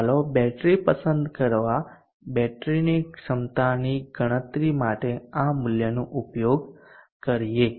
ચાલો બેટરી પસંદ કરવા બેટરીની ક્ષમતાની ગણતરી માટે આ મૂલ્યનો ઉપયોગ કરીએ